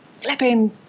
flipping